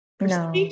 No